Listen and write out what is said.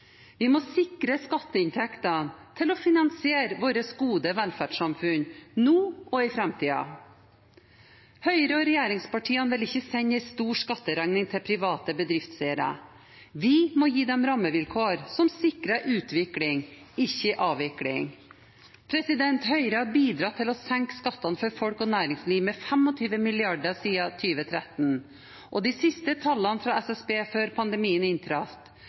Vi må sikre skatteinntekter for å finansiere vårt gode velferdssamfunn nå og i framtiden. Høyre og regjeringspartiene vil ikke sende en stor skatteregning til private bedriftseiere. Vi må gi dem rammevilkår som sikrer utvikling, ikke avvikling. Høyre har bidratt til å senke skattene for folk og næringsliv med 25 mrd. kr siden 2013, og de siste tallene fra SSB før pandemien